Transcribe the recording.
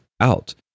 out